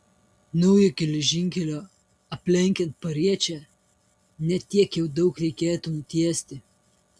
naujo geležinkelio aplenkiant pariečę ne tiek jau daug reikėtų nutiesti